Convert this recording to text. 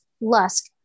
Lusk